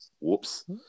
Whoops